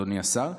אדוני השר.